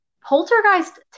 Poltergeist